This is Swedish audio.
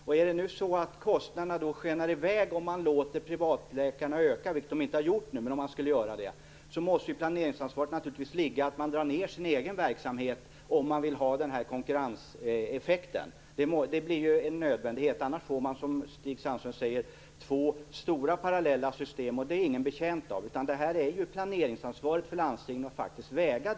Om kostnaderna skenar i väg därför att man har låtit privatläkarnas verksamhet öka - vilket inte är fallet - måste planeringsansvaret innebära att landstingen drar ned på sin egen verksamhet, om de vill ha konkurrenseffekten. Det blir en nödvändighet. Annars får vi, som Stig Sandström säger, två stora, parallella system. Det är ingen betjänt av. Att väga in det ingår i landstingens planeringsansvar.